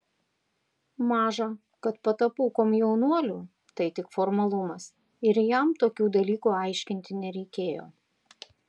maža kad patapau komjaunuoliu tai tik formalumas ir jam tokių dalykų aiškinti nereikėjo